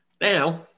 Now